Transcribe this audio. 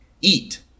eat